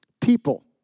people